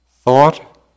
Thought